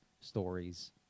stories